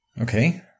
Okay